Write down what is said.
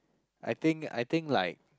I think I think like